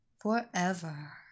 Forever